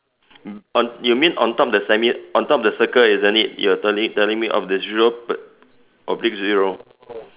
on you mean on top the semi on top of the circle isn't it you're telling me of the zero oblique zero